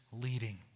leading